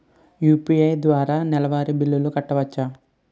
UPI ద్వారా నెలసరి బిల్లులు కట్టవచ్చా?